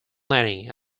nanny